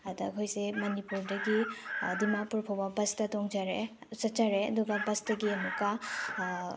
ꯑꯗ ꯑꯩꯈꯣꯏꯁꯦ ꯃꯅꯤꯄꯨꯔꯗꯒꯤ ꯗꯤꯃꯥꯄꯨꯔ ꯐꯥꯎꯕ ꯕꯁꯇ ꯇꯣꯡꯖꯔꯛꯑꯦ ꯆꯠꯆꯔꯦ ꯑꯗꯨꯒ ꯕꯁꯇꯒꯤ ꯑꯃꯨꯛꯀ